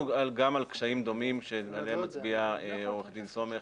גם על קשיים דומים שעליהם מצביע עורך דין סומך